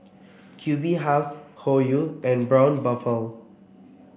Q B House Hoyu and Braun Buffel